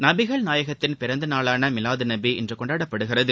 நபிகள் நாயகத்தின் பிறந்த நாளான மிலாது நபி இன்று கொண்டாடப்படுகிறது